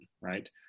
right